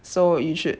so you should